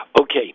Okay